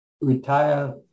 retire